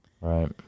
Right